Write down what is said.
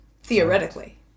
theoretically